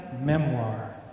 Memoir